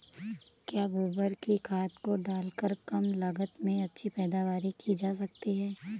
क्या गोबर की खाद को डालकर कम लागत में अच्छी पैदावारी की जा सकती है?